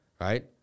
right